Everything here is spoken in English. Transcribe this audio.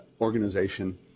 organization